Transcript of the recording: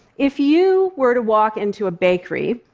if you were to walk into a bakery,